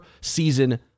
season